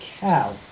cow